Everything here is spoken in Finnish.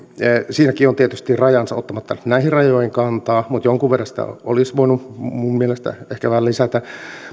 siinäkin on tietysti rajansa ottamatta näihin rajoihin kantaa mutta jonkun verran sitä olisi voinut minun mielestäni ehkä lisätä